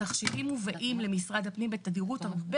התחשיבים מובאים למשרד הפנים בתדירות הרבה